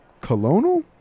Colonel